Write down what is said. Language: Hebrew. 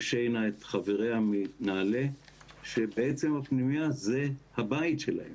שיינא את חבריה מנעל"ה שבעצם הפנימייה זה הבית שלהם.